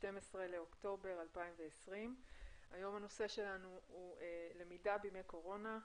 ה-12 באוקטובר 2020 והנושא הוא למידה בימי קורונה,